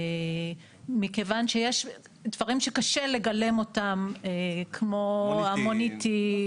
מכיוון שיש דברים שקשה לגלם אותם כמו המוניטין,